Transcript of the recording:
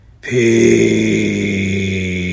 peace